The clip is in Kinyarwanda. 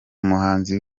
umuhanzi